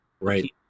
right